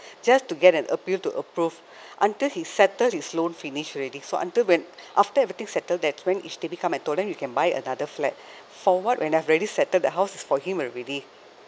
just to get an appeal to approve until he settle his loan finish already so until when after everything settle that's when H_D_B come and told then you can buy another flat for what when I've already settle the house for him already